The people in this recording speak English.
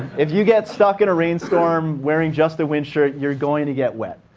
if you get stuck in a rainstorm wearing just the wind shirt, you're going to get wet.